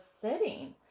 sitting